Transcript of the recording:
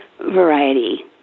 variety